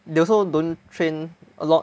they also don't train a lot